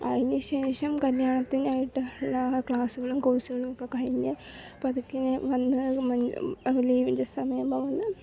അയിനുശേഷം കല്യാണത്തിനായിട്ട് എല്ലാ ക്ലാസ്സുകളും കോഴ്സുകളൊക്കെ കഴിഞ്ഞ് പതുക്കെ ഞാൻ വന്ന് ലീവിൻ്റെ സമയം